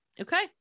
Okay